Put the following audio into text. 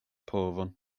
povon